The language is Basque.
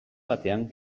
batean